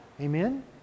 Amen